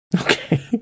Okay